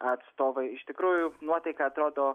atstovai iš tikrųjų nuotaika atrodo